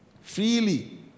Freely